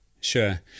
Sure